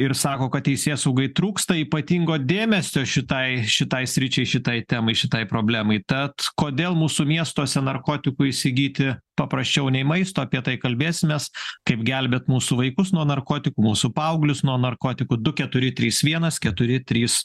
ir sako kad teisėsaugai trūksta ypatingo dėmesio šitai šitai sričiai šitai temai šitai problemai tad kodėl mūsų miestuose narkotikų įsigyti paprasčiau nei maisto apie tai kalbėsimės kaip gelbėt mūsų vaikus nuo narkotikų mūsų paauglius nuo narkotikų du keturi trys vienas keturi trys